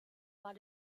war